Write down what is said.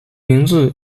名字